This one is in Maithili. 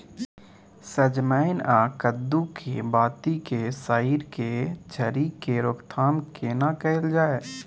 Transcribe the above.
सजमैन आ कद्दू के बाती के सईर के झरि के रोकथाम केना कैल जाय?